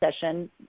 session